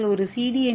நீங்கள் ஒரு சி